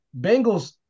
Bengals